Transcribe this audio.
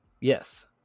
Yes